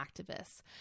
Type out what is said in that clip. activists